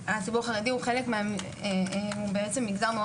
הציבור החרדי הוא חלק בעצם ממגזר מאוד